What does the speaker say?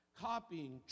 copying